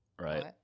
right